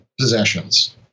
possessions